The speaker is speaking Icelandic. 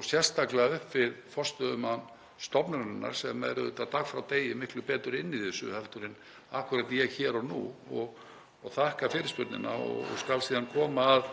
og sérstaklega upp við forstöðumann stofnunarinnar sem er auðvitað dag frá degi miklu betur inni í þessu en akkúrat ég hér og nú. Ég þakka fyrirspurnina og skal síðan koma að